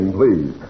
please